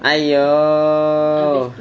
!aiyo!